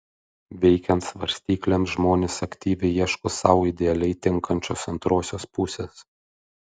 veikiant svarstyklėms žmonės aktyviai ieško sau idealiai tinkančios antrosios pusės